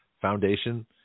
foundation